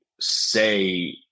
say